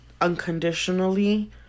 unconditionally